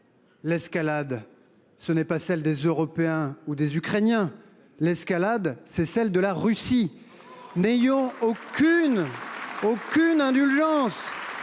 l’escalade, ce n’est pas celle des Européens ou des Ukrainiens. L’escalade, c’est celle de la Russie ! N’ayons aucune indulgence